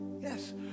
Yes